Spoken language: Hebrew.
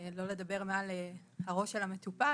לא לדבר מעל הראש של המטופל,